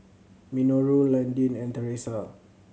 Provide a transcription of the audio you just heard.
Minoru Landin and Theresa